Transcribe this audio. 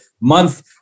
month